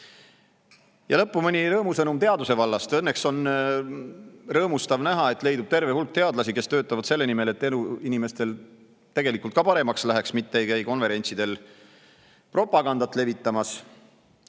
mõni rõõmusõnum teaduse vallast. On rõõmustav näha, et leidub terve hulk teadlasi, kes töötavad selle nimel, et inimeste elu ka tegelikult paremaks läheks, mitte ei käi konverentsidel propagandat levitamas.